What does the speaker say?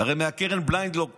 הרי מהקרן בליינד לא קיבלת,